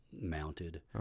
mounted